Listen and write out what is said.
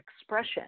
expression